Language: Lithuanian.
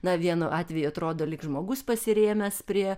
na vienu atveju atrodo lyg žmogus pasirėmęs prie